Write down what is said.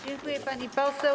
Dziękuję, pani poseł.